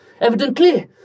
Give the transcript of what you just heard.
Evidently